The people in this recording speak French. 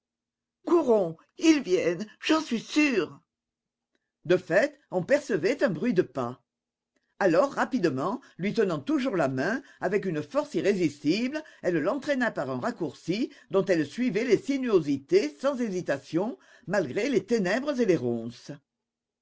courons ils viennent j'en suis sûre de fait on percevait un bruit de pas alors rapidement lui tenant toujours la main avec une force irrésistible elle l'entraîna par un raccourci dont elle suivait les sinuosités sans hésitations malgré les ténèbres et les ronces